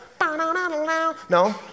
No